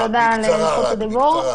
תודה על רשות הדיבור.